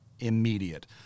Immediate